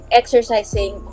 exercising